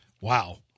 Wow